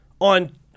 On